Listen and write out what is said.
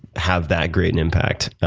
have that great an impact.